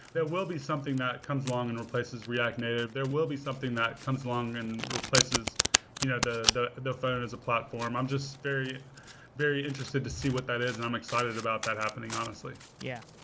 there will be something that comes along and replaces react native. there will be something that comes along and replaces you know the the phone as a platform. i'm just very very interested to see what that is and i'm excited about that happening, honestly. yeah.